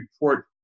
report